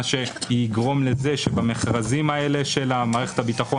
מה שיגרום לזה שבמכרזים האלה של מערכת הביטחון